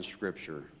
Scripture